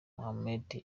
mohammed